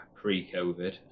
pre-COVID